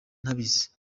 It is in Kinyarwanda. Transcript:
ntabizi